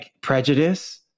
prejudice